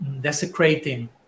desecrating